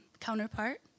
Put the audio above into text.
counterpart